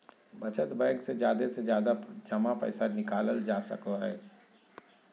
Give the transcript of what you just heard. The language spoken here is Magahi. बचत बैंक से जादे से जादे जमा पैसा निकालल जा सको हय